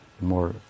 more